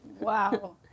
Wow